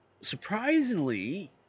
surprisingly